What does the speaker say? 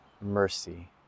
mercy